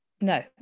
No